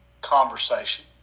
conversation